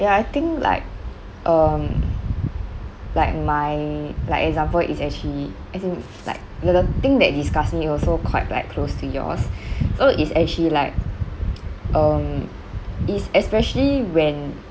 ya I think like um like my like example is actually as in like the the thing that disgusts me also quite like close to yours so it's actually like um it's especially when